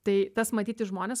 tai tas matyti žmones